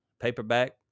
paperback